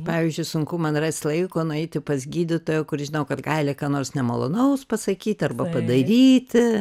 pavyzdžiui sunku man rasti laiko nueiti pas gydytoją kur žinau kad gali ką nors nemalonaus pasakyti arba padaryti